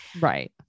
Right